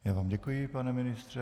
Já vám děkuji, pane ministře.